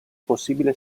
possibile